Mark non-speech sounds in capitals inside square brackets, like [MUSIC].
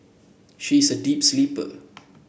she is a deep sleeper [NOISE]